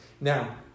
Now